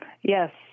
yes